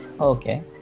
okay